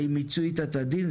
האם מיצית את הדין,